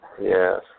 Yes